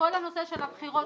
שכל הנושא של הבחירות,